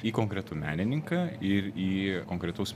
į konkretų menininką ir į konkretaus